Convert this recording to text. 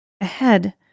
ahead